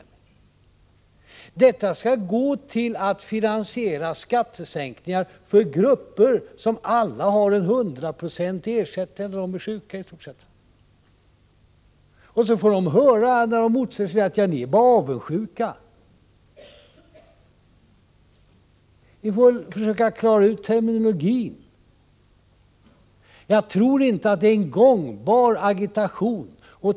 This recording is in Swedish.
Detta skall gå till att finansiera skattesänkningar för grupper som alla har en hundraprocentig ersättning när de är sjuka. Och så får de som motsätter sig detta höra att de bara är avundsjuka. Ni får försöka klara ut terminologin. Jag tror inte att det är en gångbar agitation.